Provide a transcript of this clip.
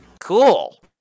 Cool